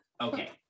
Okay